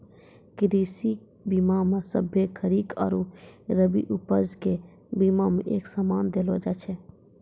कृषि बीमा मे सभ्भे खरीक आरु रवि उपज के बिमा एक समान देलो जाय छै